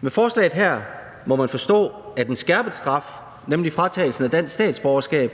Med forslaget her må man forstå, at en skærpet straf, nemlig fratagelsen af dansk statsborgerskab,